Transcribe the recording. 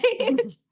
right